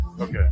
Okay